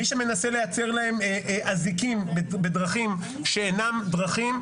מי שמנסה לייצר להם אזיקים בדרכים שאינן דרכים,